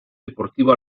deportivo